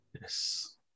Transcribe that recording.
Yes